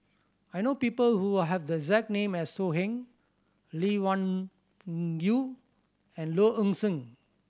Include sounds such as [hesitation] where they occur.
I know people who have the exact name as So Heng Lee Wung [hesitation] Yew and Low Ing Sing